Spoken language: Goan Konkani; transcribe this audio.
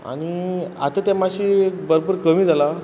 आनी आत तें माश्शी भरपूर कमी जालां